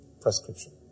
prescription